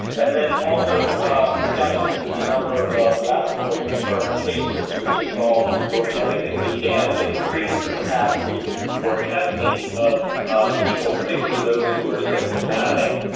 and then also reductions in the number of laboratory-confirmed cases, which involves doing everything we can to increase the capacity for testing of people, particularly those who are symptomatic.